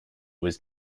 was